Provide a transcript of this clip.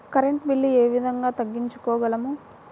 Current bill ఏ విధంగా తగ్గించుకోగలము?